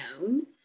known